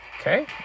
Okay